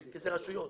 כי זה רשויות.